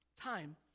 Time